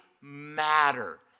Matter